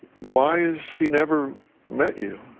why is he never let you?